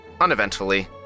uneventfully